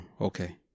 okay